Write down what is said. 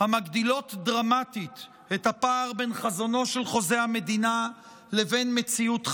המגדילות דרמטית את הפער בין חזונו של חוזה המדינה לבין מציאות חיינו.